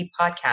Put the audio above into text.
podcast